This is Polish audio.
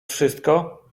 wszystko